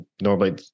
normally